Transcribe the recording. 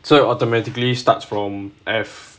so automatically starts from F